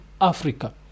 Africa